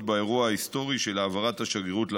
באירוע ההיסטורי של העברת השגרירות לבירה.